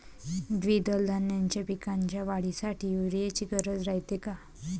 द्विदल धान्याच्या पिकाच्या वाढीसाठी यूरिया ची गरज रायते का?